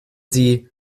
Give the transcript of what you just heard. sie